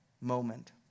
moment